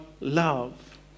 love